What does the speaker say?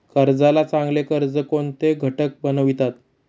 कर्जाला चांगले कर्ज कोणते घटक बनवितात?